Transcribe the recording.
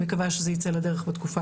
מקווה שזה ייצא לדרך בתקופה